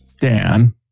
Dan